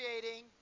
creating